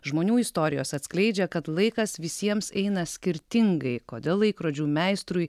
žmonių istorijos atskleidžia kad laikas visiems eina skirtingai kodėl laikrodžių meistrui